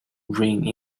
ring